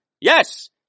Yes